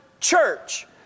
church